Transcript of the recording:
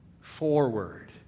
forward